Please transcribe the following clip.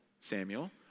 Samuel